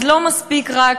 אז לא מספיק רק,